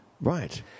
Right